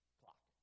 clock